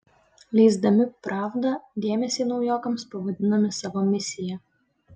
leisdami pravdą dėmesį naujokams pavadinome savo misija